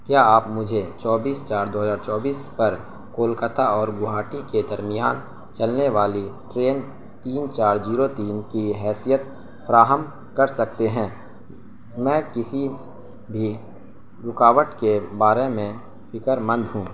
کیا آپ مجھے چوبیس چار دو ہزار چوبیس پر کولکتہ اور گوہاٹی کے درمیان چلنے والی ٹرین تین چار زیرو تین کی حیثیت فراہم کر سکتے ہیں میں کسی بھی رکاوٹ کے بارے میں فکر مند ہوں